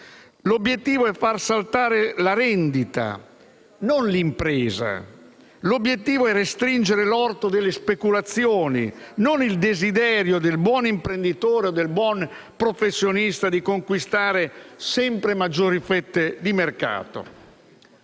L'obiettivo è quello far saltare la rendita e non l'impresa, è restringere l'orto delle speculazioni e non il desiderio del buon imprenditore o del buon professionista di conquistare sempre maggiori fette di marcato.